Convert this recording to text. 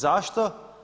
Zašto?